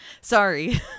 Sorry